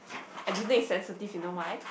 I don't think it's sensitive you know why